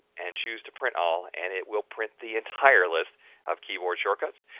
and choose to print all and it will print the entire list of keyboard shortcuts.